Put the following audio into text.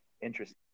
interesting